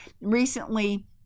recently